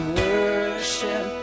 worship